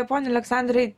pone aleksandrai